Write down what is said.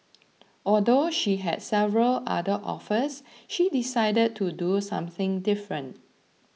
although she had several other offers she decided to do something different